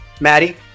Maddie